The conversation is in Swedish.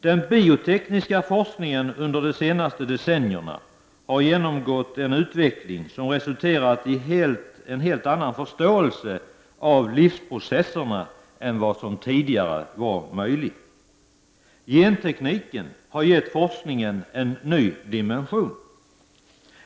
Den biotekniska forskningen under de senaste decennierna har genomgått en utveckling som resulterat i en helt annan förståelse av livsprocesserna än vad som tidigare var möjligt. Gentekniken har givit forskningen en ny dimension.